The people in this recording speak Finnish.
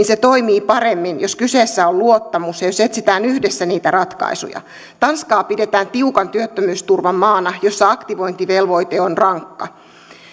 se toimii paremmin jos kyseessä on luottamus ja jos etsitään yhdessä niitä ratkaisuja tanskaa pidetään tiukan työttömyysturvan maana jossa aktivointivelvoite on rankka